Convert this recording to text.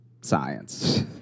science